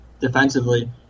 defensively